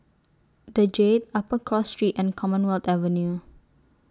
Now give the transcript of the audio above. The Jade Upper Cross Street and Commonwealth Avenue